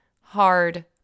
hard